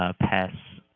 ah pests,